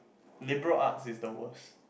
liberal arts is the worst